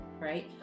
right